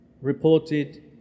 reported